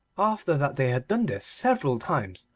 after that they had done this several times,